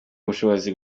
ubushobozi